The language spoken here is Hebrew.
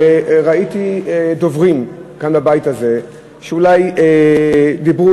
ראיתי דוברים כאן בבית הזה שאולי דיברו